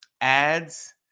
ads